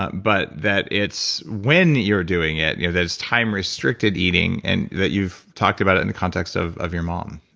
ah but that it's when you're doing it. you know there's time restricted eating and that you've talked about it in the context of your your mom.